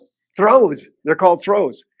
throws they're called throws,